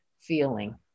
feeling